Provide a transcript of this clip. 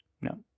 No